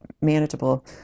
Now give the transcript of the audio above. manageable